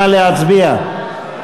נא להצביע.